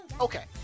okay